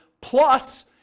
plus